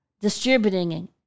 distributing